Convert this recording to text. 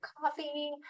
coffee